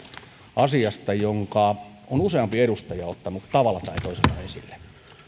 asiasta jonka on useampi edustaja ottanut tavalla tai toisella esille